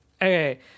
Okay